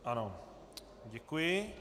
Ano, děkuji.